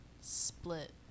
split